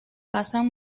cazan